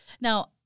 Now